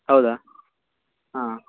ಹೌದಾ ಹಾಂ